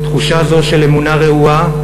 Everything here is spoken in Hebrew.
תחושה זו של אמונה רעועה,